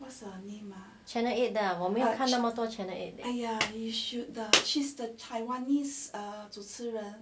channel eight 我没有看这么多 channel eight 的